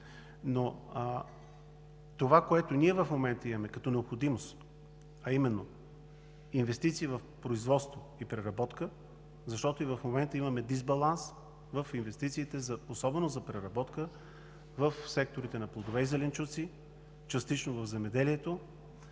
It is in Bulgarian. Но това, което сега имаме като необходимост, са именно инвестиции в производство и преработка, защото и в момента имаме дисбаланс в инвестициите, особено за преработка, в секторите на плодове и зеленчуци, частично в земеделието,